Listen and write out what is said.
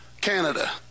Canada